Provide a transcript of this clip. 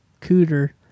cooter